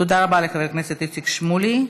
תודה רבה לחבר הכנסת איציק שמולי.